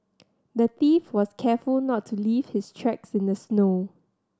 the thief was careful not to leave his tracks in the snow